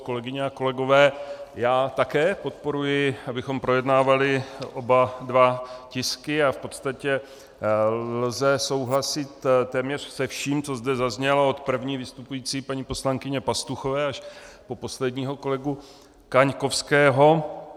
Kolegyně a kolegové, já také podporuji, abychom projednávali oba dva tisky, a v podstatě lze souhlasit téměř se vším, co zde zaznělo, od první vystupující paní poslankyně Pastuchové až po posledního kolegu Kaňkovského.